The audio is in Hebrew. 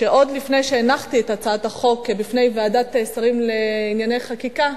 שעוד לפני שהנחתי את הצעת החוק בפני ועדת שרים לענייני חקיקה,